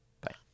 Bye